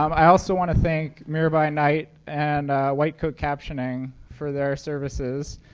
um i also want to thank mirabai knight and white coat captioning for their services.